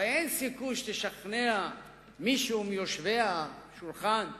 הרי אין סיכוי שתשכנע מישהו מיושבי השולחן הקטן,